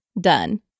done